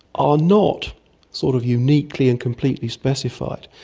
are not sort of uniquely and completely specified.